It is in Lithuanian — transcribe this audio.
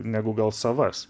negu gal savas